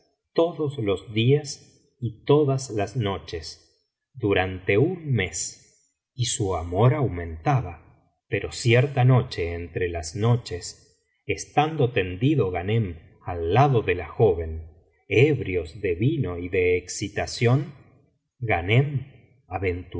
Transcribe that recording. todos los días y todas las noches durante un mes y su amor aumentaba pero cierta noche entre las noches estando tendido ghanem al lado de la joven ebrios de vino y de excitación ghanem